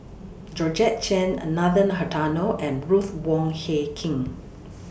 Georgette Chen Are Nathan Hartono and Ruth Wong Hie King